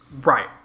Right